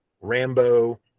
Rambo